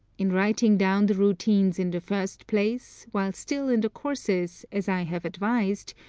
in writing down the routines in the first place, while still in the courses, as i have advised,